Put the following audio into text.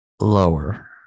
Lower